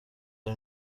ari